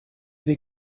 ydy